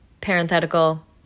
parenthetical